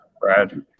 Brad